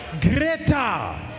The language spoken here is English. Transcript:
greater